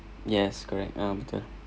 yes correct ah betul